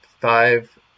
Five